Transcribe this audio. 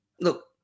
look